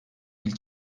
ilk